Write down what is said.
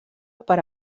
per